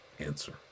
answer